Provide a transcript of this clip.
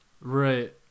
right